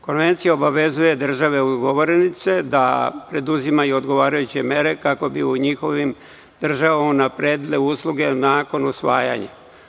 Konvencija obavezuje države ugovornice da preduzimaju odgovarajuće mere kako bi u njihovim državama unapredile usluge nakon usvajanja.